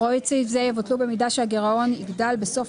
"הוראות סעיף זה יבוטלו במידה שהגרעון יגדל בסוף